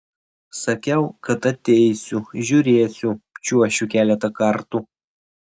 sakiau kad ateisiu žiūrėsiu čiuošiu keletą kartų